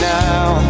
now